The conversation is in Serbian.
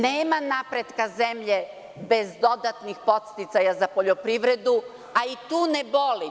Nema napretka zemlje bez dodatnih podsticaja za poljoprivredu, a i tu ne boli.